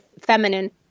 feminine